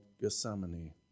Gethsemane